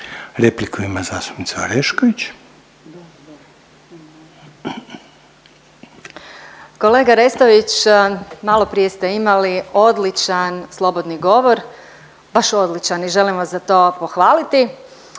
**Orešković, Dalija (DOSIP)** Kolega Restović, maloprije ste imali odličan slobodni govor, baš odličan i želim vas za to pohvaliti.